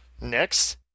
Next